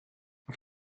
auf